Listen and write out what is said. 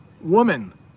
woman